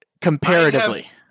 comparatively